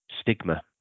stigma